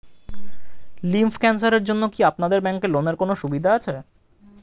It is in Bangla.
লিম্ফ ক্যানসারের জন্য কি আপনাদের ব্যঙ্কে লোনের কোনও সুবিধা আছে?